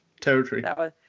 territory